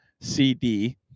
CD